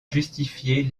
justifier